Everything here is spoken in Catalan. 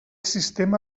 sistema